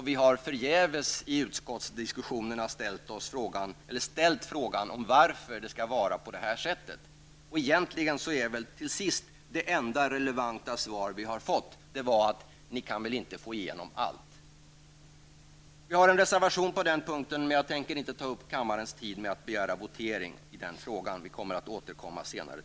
Vi har förgäves i utskottsdiskussionerna ställt frågan varför det skall vara så. Egentligen är till sist det enda relevanta svar som vi har fått: Ni kan väl inte få igenom allt. Vi har en reservation på denna punkt, men jag tänker inte ta upp kammarens tid med att begära votering i denna fråga. Vi återkommer till frågan senare.